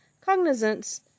cognizance